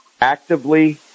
actively